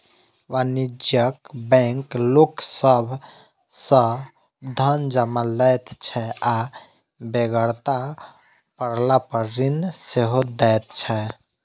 वाणिज्यिक बैंक लोक सभ सॅ धन जमा लैत छै आ बेगरता पड़लापर ऋण सेहो दैत छै